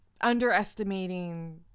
underestimating